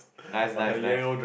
nice nice nice